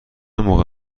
موقع